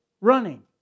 running